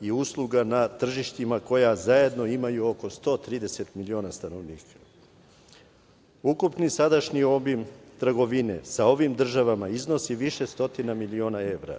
i usluga na tržištima koja zajedno imaju oko 130 miliona stanovnika. Ukupni sadašnji obim trgovine sa ovim državama iznosi više stotina miliona evra